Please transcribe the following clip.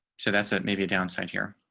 so that's that maybe a downside here,